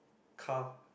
car